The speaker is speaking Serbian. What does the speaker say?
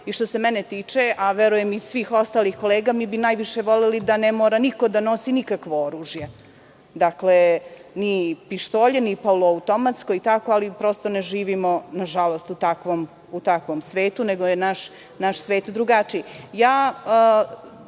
i što se mene tiče, a verujem i svih ostalih kolega, mi bi najviše voleli da ne mora niko da nosi nikakvo oružje, ni pištolje, ni poluautomatsko. Ali, nažalost, ne živimo u takvom svetu, nego je naš svet drugačiji. Znam